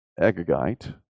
Agagite